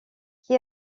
qui